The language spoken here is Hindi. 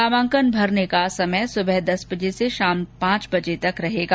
नामांकन भरने का समय सुबह दस बजे से शाम पांच बजे तक रहेगा